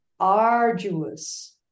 arduous